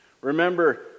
Remember